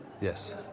yes